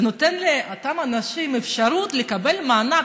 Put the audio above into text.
זה נותן לאותם אנשים אפשרות לקבל מענק